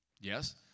Yes